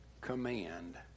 command